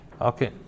Okay